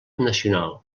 nacional